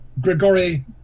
Grigory